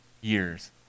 years